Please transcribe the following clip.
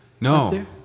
No